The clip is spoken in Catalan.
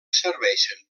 serveixen